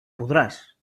podràs